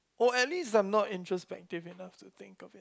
or at least I'm not introspective enough to think of it